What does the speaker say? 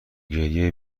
گریه